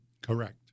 Correct